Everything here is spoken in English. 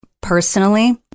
personally